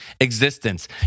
existence